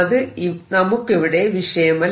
അത് നമുക്കിവിടെ വിഷയമല്ല